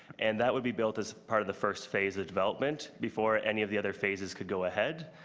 and that would be built as part of the first phase of development before any of the other phases could go ahead.